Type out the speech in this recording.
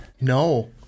No